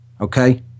Okay